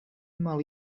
mal